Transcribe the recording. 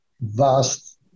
vast